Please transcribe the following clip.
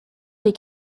les